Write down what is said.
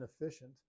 inefficient